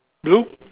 blue